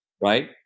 Right